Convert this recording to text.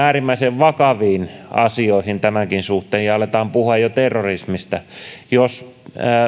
äärimmäisen vakaviin asioihin tämänkin suhteen ja aletaan puhua jo terrorismista jos